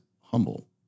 humble